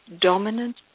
dominant